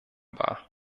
war